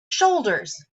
shoulders